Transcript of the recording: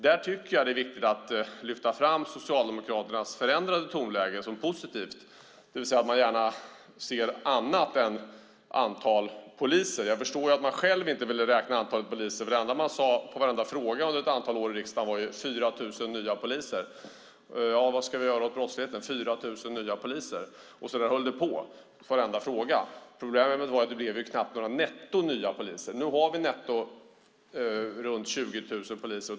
Där tycker jag att det är viktigt att lyfta fram Socialdemokraternas förändrade tonläge som någonting positivt, det vill säga att man gärna ser annat än antal poliser. Jag förstår att Socialdemokraterna själva inte vill räkna antalet poliser, för det enda de svarade på varenda fråga under ett antal år i riksdagen var: 4 000 nya poliser! Vad ska vi göra åt brottsligheten? Svaret blev: 4 000 nya poliser! Och så där höll det på i varenda fråga. Problemet var att det knappt blev några nya poliser netto. Nu har vi netto runt 20 000 poliser.